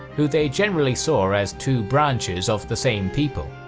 who they generally saw as two branches of the same people.